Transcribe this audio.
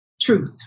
Truth